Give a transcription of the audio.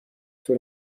طول